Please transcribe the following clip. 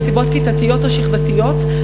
במסיבות כיתתיות או שכבתיות,